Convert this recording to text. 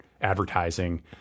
advertising